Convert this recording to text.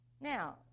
now